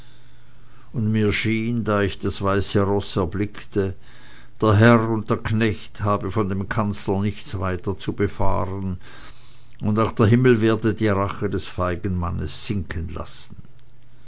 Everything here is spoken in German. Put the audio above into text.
und mir schien da ich das weiße roß erblickte der herr und der knecht habe von dem kanzler nichts weiter zu befahren und auch der himmel werde die rache des feigen mannes sinken lassen